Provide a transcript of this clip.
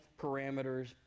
parameters